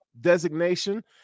designation